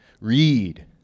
read